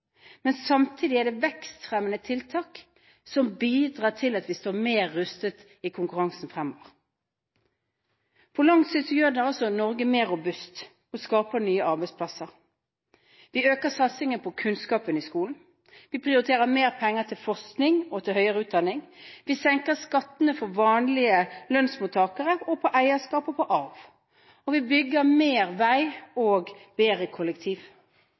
Men samtidig er det vekstfremmende tiltak som bidrar til at vi står mer rustet i konkurransen fremover. På lang sikt gjør det Norge mer robust og skaper nye arbeidsplasser. Vi øker satsingen på kunnskapen i skolen. Vi prioriterer mer penger til forskning og til høyere utdanning. Vi senker skattene for vanlige lønnsmottakere og på eierskap og på arv. Vi bygger mer vei og bedre kollektiv,